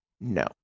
No